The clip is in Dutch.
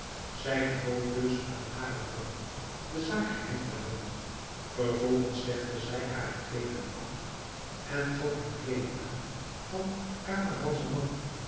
zij gebood dus aan hare vrouwen de zaak geheim te houden vervolgens legde zij hare kleederen af en trok een kleed aan van camaralzaman